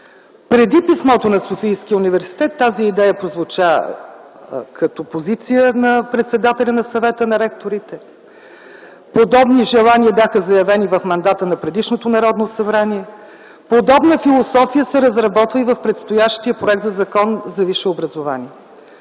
Преди писмото на Софийския университет, тази идея прозвуча като позиция на председателя на Съвета на ректорите, подобни желания бяха заявени в мандата на предишното Народно събрание, подобна философия се разработва и в предстоящия проект на Закон за висшето образование.